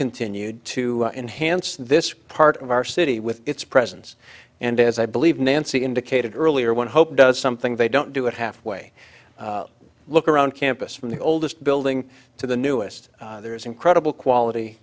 continued to enhance this part of our city with its presence and as i believe nancy indicated earlier when hope does something they don't do it halfway look around campus from the oldest building to the newest there is incredible quality